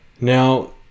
Now